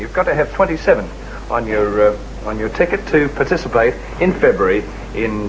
you've got to have twenty seven on your on your ticket to participate in february